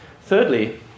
Thirdly